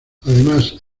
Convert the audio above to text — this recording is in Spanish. además